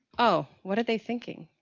oh, what are they thinking?